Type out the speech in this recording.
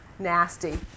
nasty